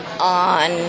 on